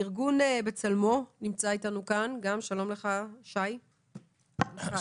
ארגון בצלמו, שי שמאי בבקשה.